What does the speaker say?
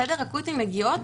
לחדר אקוטי מגיעות